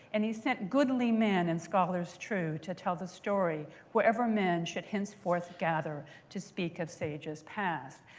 and he sent goodly men and scholars true to tell the story wherever men should henceforth gather to speak of sages past.